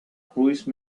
cruise